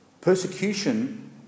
Persecution